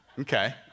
Okay